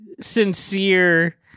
sincere